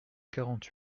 quarante